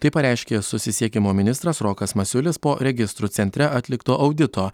tai pareiškė susisiekimo ministras rokas masiulis po registrų centre atlikto audito